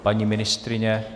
Paní ministryně?